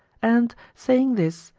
and saying this,